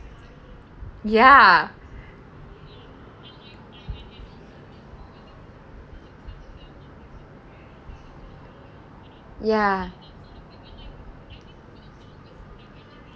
ya ya